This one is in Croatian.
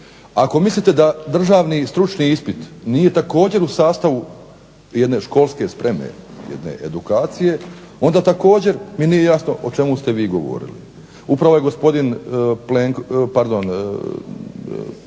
ako mislite da državni i stručni ispit nije također u sastavu jedne školske spreme, jedne edukacije onda također mi nije jasno o čemu ste vi govorili. Upravo je gospodin Mesić govorio